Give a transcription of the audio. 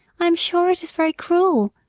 i am sure it is very cruel.